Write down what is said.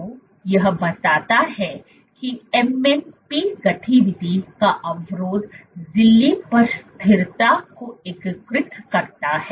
तो यह बताता है कि MMP गतिविधि का अवरोध झिल्ली पर स्थिरता को एकीकृत करता है